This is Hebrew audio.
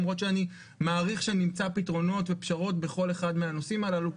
למרות שאני מעריך שנמצא פתרונות ופשרות בכל אחד מהנושאים הללו.